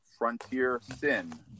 FrontierSin